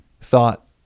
thought